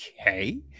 Okay